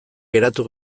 geratu